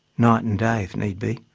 night and day if need be.